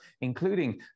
including